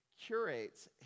curates